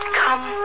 come